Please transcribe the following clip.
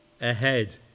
ahead